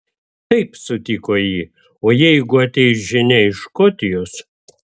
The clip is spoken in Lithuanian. taip sutiko ji o jeigu ateis žinia iš škotijos